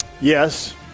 Yes